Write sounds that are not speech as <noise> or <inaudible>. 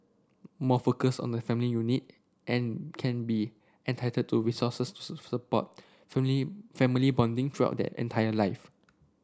more focus on the family unit and can be entitled to resources to <unintelligible> support <unintelligible> family bonding throughout their entire life